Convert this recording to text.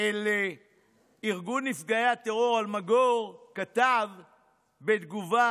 אל ארגון נפגעי הטרור "אלמגור", כתב בתגובה: